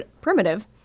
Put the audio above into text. primitive